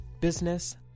business